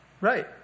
Right